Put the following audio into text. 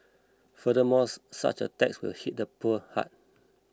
furthermore such a tax will hit the poor hard